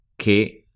che